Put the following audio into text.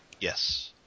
Yes